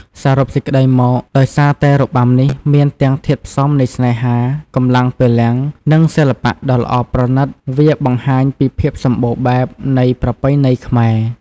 សរុបសេចក្តីមក ដោយសារតែរបាំនេះមានទាំងធាតុផ្សំនៃស្នេហា កម្លាំងពលំ និងសិល្បៈដ៏ល្អប្រណិត វាបង្ហាញពីភាពសម្បូរបែបនៃប្រពៃណីខ្មែរ។